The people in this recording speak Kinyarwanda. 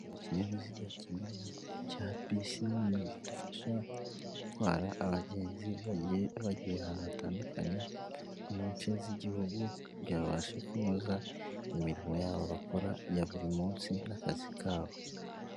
Ikinyabiziga kinini cya bisi nini zidufasha gutwara abagenzi bagiye bagiye ahantu hatandukanye mu nce z'igihugu kugira byabasha kunoza imirimo yabo bakora ya buri munsi n'akazi kabo.